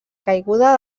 caiguda